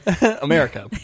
America